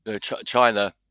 China